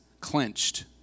clenched